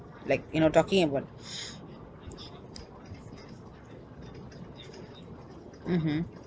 like you know talking about mmhmm